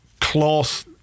cloth